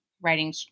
writing